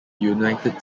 united